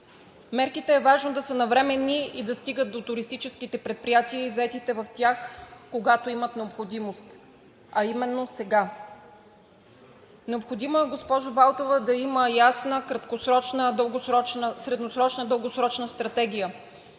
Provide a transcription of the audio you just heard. Мерките е важно да са навременни и да стигат до туристическите предприятия и заетите в тях, когато имат необходимост, а именно сега. Необходимо е, госпожо Балтова, да има ясна краткосрочна, средносрочна, дългосрочна стратегия